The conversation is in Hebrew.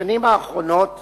בשנים האחרונות